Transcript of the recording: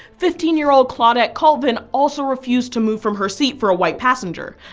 fifteen year old claudette colvin also refused to move from her seat for a white passenger.